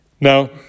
Now